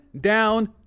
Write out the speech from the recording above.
down